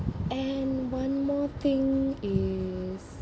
and one more thing is